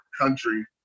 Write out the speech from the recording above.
country